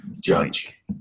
judge